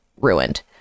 ruined